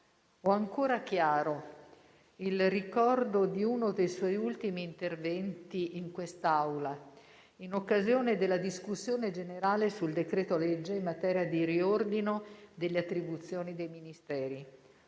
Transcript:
Ho ancora chiaro il ricordo di uno dei suoi ultimi interventi in quest'Aula, in occasione della discussione generale sul decreto-legge in materia di riordino delle attribuzioni dei Ministeri: